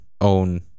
own